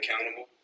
accountable